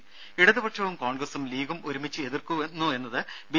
ദേദ ഇടതുപക്ഷവും കോൺഗ്രസും ലീഗും ഒരുമിച്ച് എതിർക്കുന്നുവെന്നത് ബി